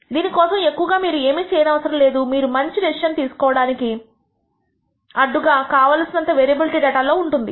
దీనికోసం ఎక్కువగా మీరు ఏమీ చేయనవసరం లేదు మీరు మంచి డెసిషన్ తీసుకోవడానికి అడ్డుగా కావలసినంత వేరియబిలిటీ డేటా లో ఉంటుంది